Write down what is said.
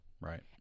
right